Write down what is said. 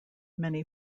many